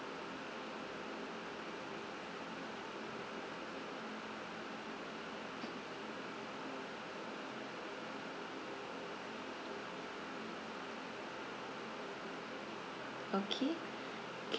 okay